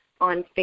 on